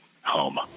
home